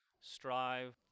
strive